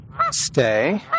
Stay